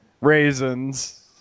raisins